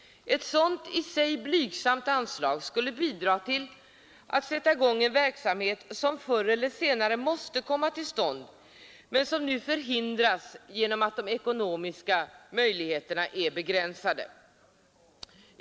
Ett sådant i sig blygsamt belopp skulle bidra till att sätta i gång en verksamhet som förr eller senare måste komma till stånd men som nu förhindras genom att de ekonomiska möjligheterna inte finns.